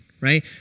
right